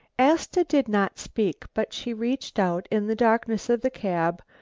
asta did not speak, but she reached out in the darkness of the cab,